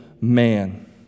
man